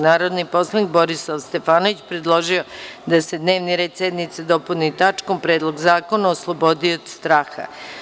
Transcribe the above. Narodni poslanik Borislav Stefanović predložio je da se dnevni red sednice dopuni tačkom – Predlog zakona o slobodi od straha.